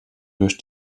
durch